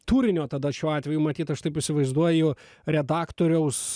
turinio tada šiuo atveju matyt aš taip įsivaizduoju redaktoriaus